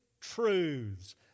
truths